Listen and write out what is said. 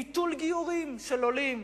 ביטול גיורים של עולים